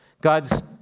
God's